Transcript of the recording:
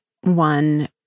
one